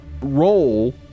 role